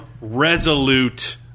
resolute